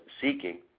seeking